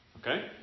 Okay